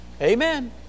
Amen